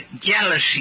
jealousy